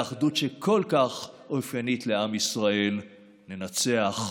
באחדות שכל כך אופיינית לעם ישראל, ננצח.